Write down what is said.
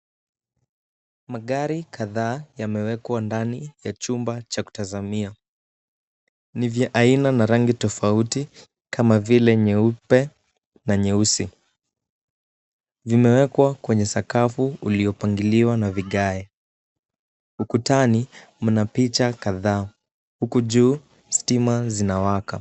Magari kadhaa yamewekwa ndani ya chumba cha kutazamia. Ni vya aina na rangi tofauti kama vile nyeupe na nyeusi. Vimewekwa kwenye sakafu uliopangiliwa na vigae. Ukutani mna picha kadhaa huku juu stima zinawaka.